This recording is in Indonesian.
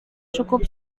cukup